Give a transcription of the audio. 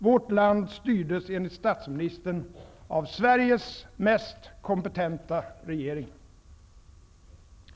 Vårt land styrdes, enligt statsministern, av Sveriges mest kompetenta regering.